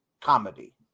comedy